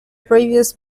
previous